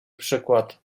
przykład